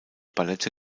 ballette